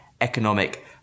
economic